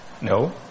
No